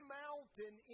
mountain